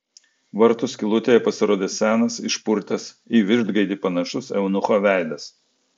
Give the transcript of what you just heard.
vartų skylutėje pasirodė senas išpurtęs į vištgaidį panašus eunucho veidas